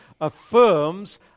affirms